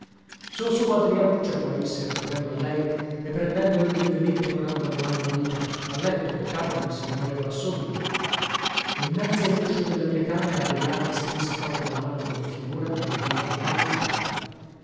sù sù adrianuccia poi disse accorrendo a lei e prendendole lievemente con ambo le mani la vita a letto è tardi il signore avrà sonno innanzi alluscio della mia camera adriana mi strinse forte la mano come finora non aveva mai fatto